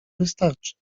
wystarczy